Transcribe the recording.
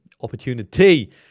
opportunity